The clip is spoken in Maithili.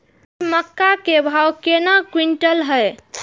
अभी मक्का के भाव केना क्विंटल हय?